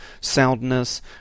soundness